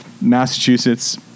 Massachusetts